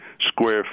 square